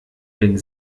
wenn